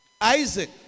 Isaac